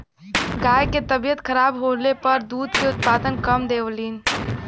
गाय के तबियत खराब होले पर दूध के उत्पादन कम कर देवलीन